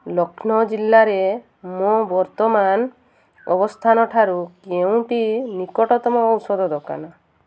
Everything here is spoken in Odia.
ଲକ୍ଷ୍ନୌ ଜିଲ୍ଲାରେ ମୋ ବର୍ତ୍ତମାନ ଅବସ୍ଥାନଠାରୁ କେଉଁଟି ନିକଟତମ ଔଷଧ ଦୋକାନ